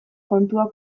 kontuak